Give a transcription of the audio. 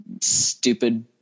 stupid